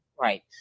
Right